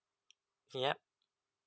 yup